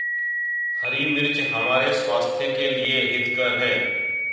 हरी मिर्च हमारे स्वास्थ्य के लिए हितकर हैं